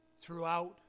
throughout